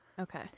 Okay